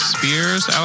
Spears